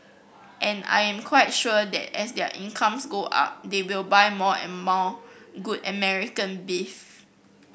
and I am quite sure that as their incomes go up they will buy more and more good American beef